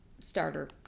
starter